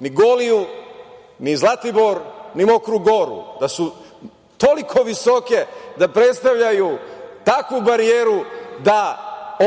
ni Goliju, ni Zlatibor, ni Mokru Goru, da su toliko visoke da predstavljaju takvu barijeru da